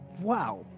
Wow